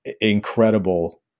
incredible